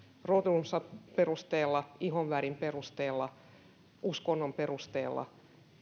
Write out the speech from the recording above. rotunsa perusteella ihonvärinsä perusteella uskontonsa perusteella